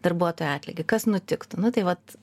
darbuotojų atlygį kas nutiktų nu tai vat